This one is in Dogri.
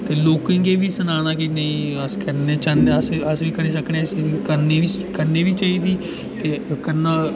ते लोकें गी एह्बी सनाना कि नेईं अस बी करना चाह्न्नें अस बी अस बी करी सकने इस चीज गी करनी बी करनी बी चाहिदी चाहिदी ते करना